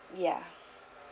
yeah